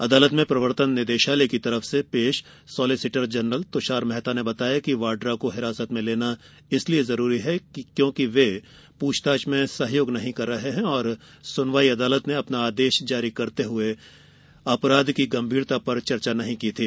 अदालत में प्रवर्तन निदेशालय की ओर से पेश सॉलिसिटर जनरल तुषार मेहता ने बताया कि वाड्रा को हिरासत में लेना इसलिए जरूरी है क्योंकि वह प्रछताछ में सहयोग नहीं कर रहा और सुनवाई अदालत ने अपना आदेश जारी करते समय अपराध की गंभीरता पर चर्चा नहीं की थी